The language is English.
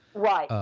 right,